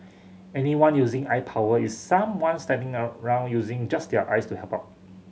anyone using eye power is someone standing around using just their eyes to help out